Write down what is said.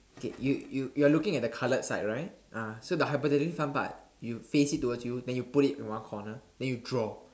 K you you you're looking at the coloured side right ah so the hypothetically front part you face it towards you then you put it in one corner then you draw